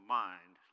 mind